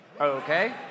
Okay